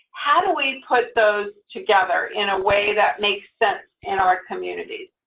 how do we put those together in a way that makes sense in our communities?